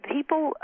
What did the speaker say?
People